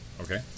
okay